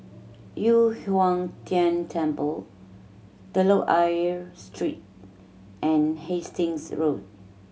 Yu Huang Tian Temple Telok Ayer Street and Hastings Road